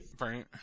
Right